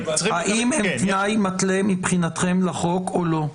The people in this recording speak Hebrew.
האם הם תנאי מתלה מבחינתכם לחוק או לא?